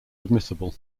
admissible